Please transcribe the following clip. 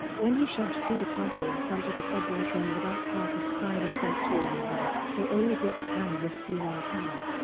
when he shoved peter parker in front of a subway train without parker's spider-sense warning him, though only brock's hand was seen on-panel.